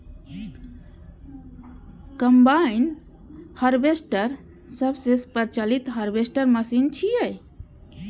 combine harvester सबसं प्रचलित harvester machine छियै